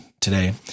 today